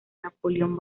napoleón